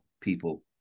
people